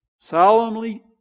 Solemnly